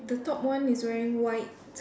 the top one is wearing white